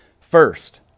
first